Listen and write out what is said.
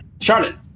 Charlotte